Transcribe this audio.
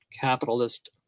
capitalist